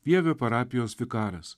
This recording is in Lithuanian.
vievio parapijos vikaras